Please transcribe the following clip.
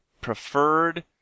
preferred